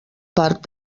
part